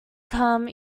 come